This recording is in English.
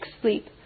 sleep